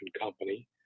company